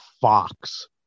Fox